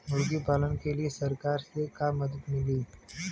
मुर्गी पालन के लीए सरकार से का मदद मिली?